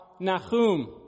Nahum